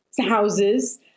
houses